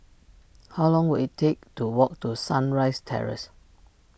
how long will it take to walk to Sunrise Terrace